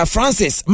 Francis